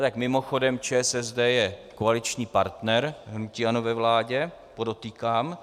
Tak mimochodem ČSSD je koaliční partner hnutí ANO ve vládě, podotýkám.